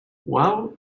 well